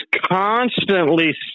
constantly